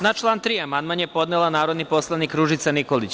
Na član 3. amandman je podnela narodni poslanik Ružica Nikolić.